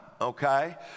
okay